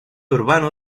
urbano